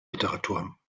literatur